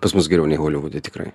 pas mus geriau nei holivude tikrai